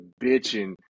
bitching